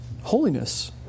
Holiness